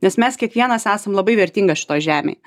nes mes kiekvienas esam labai vertingas šitoj žemėj